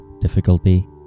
difficulty